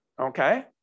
okay